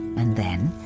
and then,